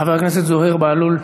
חבר הכנסת זוהיר בהלול,